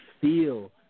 feel